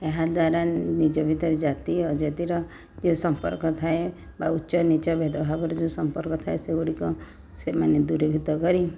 ଏହାଦ୍ୱାରା ନିଜ ଭିତରେ ଜାତି ଅଜାତିର ଯେଉଁ ସମ୍ପର୍କ ଥାଏ ବା ଉଚ୍ଚନୀଚ ଭେଦଭାବର ଯେଉଁ ସମ୍ପର୍କ ଥାଏ ସେଗୁଡ଼ିକ ସେମାନେ ଦୂରୀଭୂତ କରି